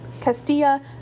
Castilla